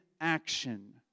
Action